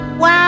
Wow